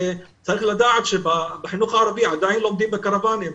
צריך לדעת שבחינוך הערבי עדיין לומדים בקרוואנים,